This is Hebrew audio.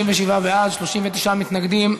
37 בעד, 39 מתנגדים.